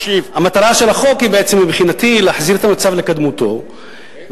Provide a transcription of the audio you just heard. המטרה של החוק היא בעצם מבחינתי להחזיר את המצב לקדמותו ולתת